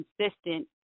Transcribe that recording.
consistent